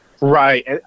Right